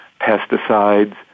pesticides